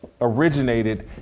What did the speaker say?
originated